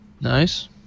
nice